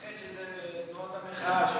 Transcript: מפחד שזה תנועות המחאה,